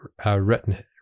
retin